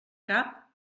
cap